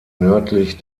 nördlich